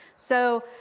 so,